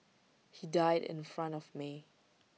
he died in front of me